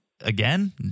again